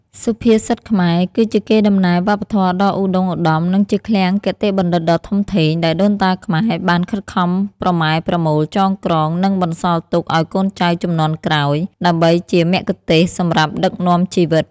សុភាសិតខ្មែរ គឺជាកេរដំណែលវប្បធម៌ដ៏ឧត្តុង្គឧត្តម និងជាឃ្លាំងគតិបណ្ឌិតដ៏ធំធេង ដែលដូនតាខ្មែរបានខិតខំប្រមែប្រមូលចងក្រង និងបន្សល់ទុកឲ្យកូនចៅជំនាន់ក្រោយ ដើម្បីជាមគ្គុទ្ទេសក៍សម្រាប់ដឹកនាំជីវិត។